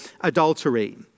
adultery